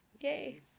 Yay